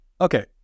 Okay